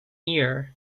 year